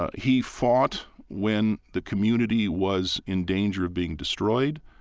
ah he fought when the community was in danger of being destroyed.